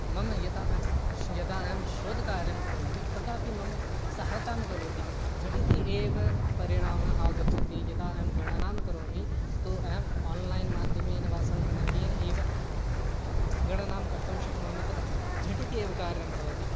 मम यथा यदा अहं शोधकार्यं करोमि तदा अपि मम सहायतां करोति झटिति एव परिणामः आगच्छति यदा अहं गणनां करोमि अहं तु आन्लैन् माध्यमेन वा सङ्गणकेन एव गणनां कर्तुं शक्नोमि तदा झटिति एव कार्यं भवति